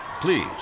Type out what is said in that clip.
Please